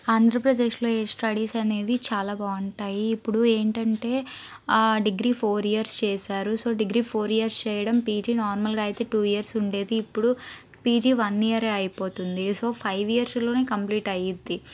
ఆంధ్రప్రదేశ్లో ఈ స్టడీస్ అనేవి చాలా బాగుంటాయి ఇప్పుడు ఏంటంటే డిగ్రీ ఫోర్ ఇయర్స్ చేసారు సో డిగ్రీ ఫోర్ ఇయర్స్ చేయడం పిజి నార్మల్గా అయితే టూ ఇయర్స్ ఉండేది ఇప్పుడు పిజి వన్ ఇయరే అయిపోతుంది సో ఫైవ్ ఇయర్స్లోనే కంప్లీట్ అయితుంది